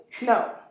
no